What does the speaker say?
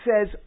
says